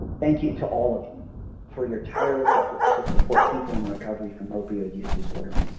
thank you to all of you for your tireless efforts to support people in recovery from opioid use disorder.